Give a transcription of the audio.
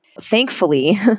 Thankfully